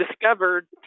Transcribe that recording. discovered